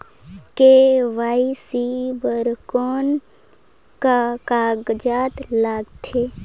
KYC बर कौन का कागजात लगथे?